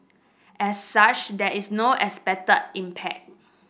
as such there is no expected impact